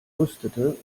rüstete